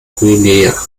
guinea